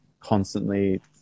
constantly